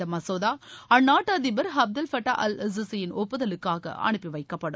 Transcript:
இந்த மசோதா அந்நாட்டு அதிபா அப்தல் ஃபாட்டா அல் சிசியின் ஒப்புதலுக்காக அனுப்பி வைக்கப்படும்